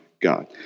God